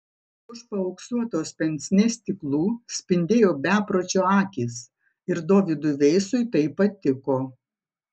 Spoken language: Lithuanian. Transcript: už paauksuotos pensnė stiklų spindėjo bepročio akys ir dovydui veisui tai patiko